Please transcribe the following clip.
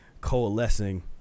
coalescing